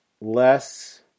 less